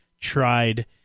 tried